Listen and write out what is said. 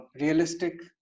realistic